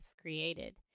created